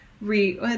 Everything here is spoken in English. re